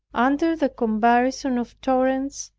under the comparison of torrents,